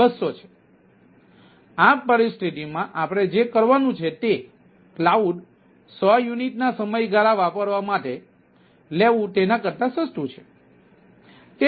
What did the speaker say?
તેથી આ પરિસ્થિતિમાં આપણે જે કરવાનું છે તે કલાઉડ 100 યુનિટ ના સમયગાળા વાપરવા માટે લેવું તેના કરતા સસ્તું છે